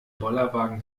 bollerwagen